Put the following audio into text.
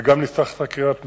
וגם נפתחת חקירת מצ"ח,